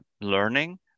learning